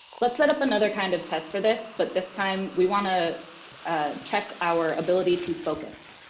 let's set up another kind of test for this, but this time, we want to check our ability to focus.